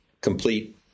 complete